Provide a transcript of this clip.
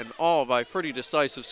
and all by pretty decisive